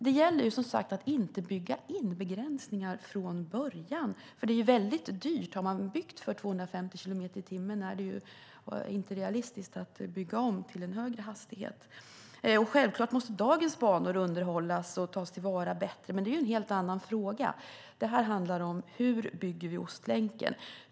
Det gäller som sagt att inte bygga in begränsningar från början, för om man har byggt för 250 kilometer i timmen är det inte realistiskt att bygga om för högre hastighet. Självklart måste dagens banor underhållas och tas till vara bättre. Men det är ju en helt annan fråga. Här handlar det om hur vi bygger Ostlänken.